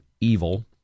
evil